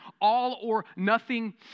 all-or-nothing